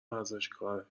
ورزشکاره